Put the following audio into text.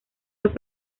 los